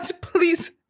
please